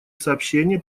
сообщения